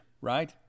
right